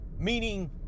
meaning